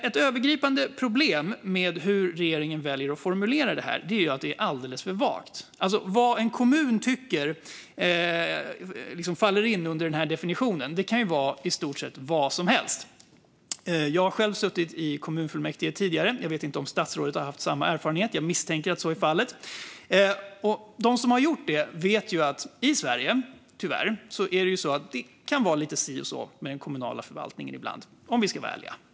Ett övergripande problem med hur regeringen väljer att formulera detta är att det är alldeles för vagt. Vad en kommun tycker faller liksom in under den här definitionen. Det kan ju vara i stort sett vad som helst. Jag har själv suttit i kommunfullmäktige tidigare - jag vet inte om statsrådet har samma erfarenhet, men jag misstänker att så är fallet. Vi som har gjort det vet att det i Sverige tyvärr ibland kan vara lite si och så med den kommunala förvaltningen, om vi ska vara ärliga.